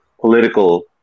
political